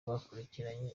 bakurikiranye